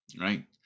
right